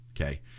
okay